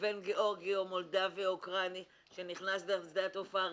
לבין גאורגי או מולדבי או אוקראיני שנכנס דרך שדה התעופה,